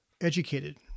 educated